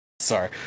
Sorry